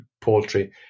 poultry